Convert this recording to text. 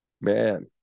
man